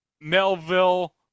Melville